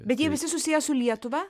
bet jie visi susiję su lietuva